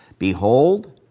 Behold